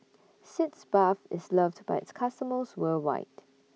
Sitz Bath IS loved By its customers worldwide